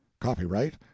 Copyright